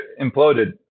imploded